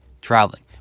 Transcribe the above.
traveling